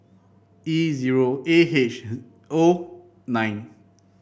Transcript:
E zero A H O nine